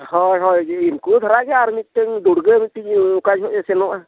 ᱦᱳᱭ ᱦᱳᱭ ᱡᱮ ᱩᱱᱠᱩ ᱫᱷᱟᱨᱟ ᱜᱮ ᱟᱨ ᱢᱤᱫᱴᱮᱱ ᱫᱩᱨᱜᱟᱹ ᱢᱤᱫᱴᱤᱱ ᱚᱱᱠᱟ ᱧᱚᱜ ᱮ ᱥᱮᱱᱚᱜᱼᱟ